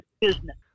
business